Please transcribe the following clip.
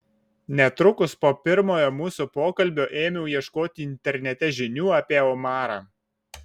netrukus po pirmojo mūsų pokalbio ėmiau ieškoti internete žinių apie omarą